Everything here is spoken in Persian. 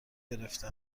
گرفته